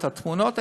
את התמונות,